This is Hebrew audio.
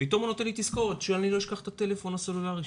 פתאום הוא נותן לי תזכורת שאני לא אשכח את הטלפון הסלולרי שלי.